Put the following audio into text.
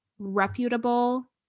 reputable